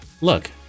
look